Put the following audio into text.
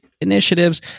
initiatives